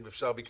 אם אפשר בקצרה,